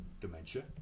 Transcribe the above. dementia